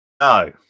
No